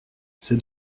c’est